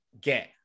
get